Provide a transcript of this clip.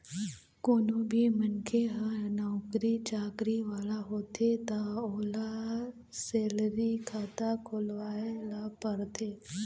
कोनो भी मनखे ह नउकरी चाकरी वाला होथे त ओला सेलरी खाता खोलवाए ल परथे